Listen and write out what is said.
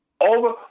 Over